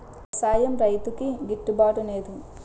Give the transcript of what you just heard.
వ్యవసాయం రైతుకి గిట్టు బాటునేదు